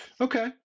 Okay